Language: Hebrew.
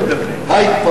נתקבלה.